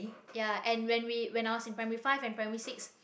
ya and when we when i was in primary five and primary six